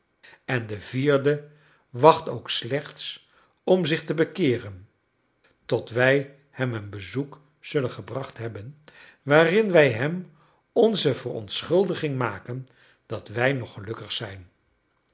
en de vierde wacht ook slechts om zich te bekeeren tot wij hem een bezoek zullen gebracht hebben waarin wij hem onze verontschuldiging maken dat wij nog gelukkig zijn